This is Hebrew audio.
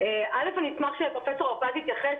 אשמח שפרופ' הרפז יתייחס,